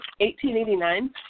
1889